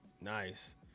nice